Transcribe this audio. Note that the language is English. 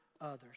others